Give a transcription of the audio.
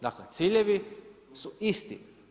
Dakle, ciljevi su isti.